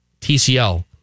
TCL